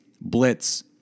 blitz